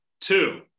two